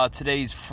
today's